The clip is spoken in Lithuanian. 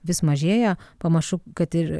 vis mažėja panašu kad ir